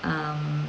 um